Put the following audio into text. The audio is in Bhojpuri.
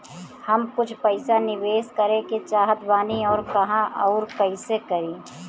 हम कुछ पइसा निवेश करे के चाहत बानी और कहाँअउर कइसे करी?